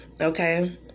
okay